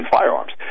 firearms